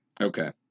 Okay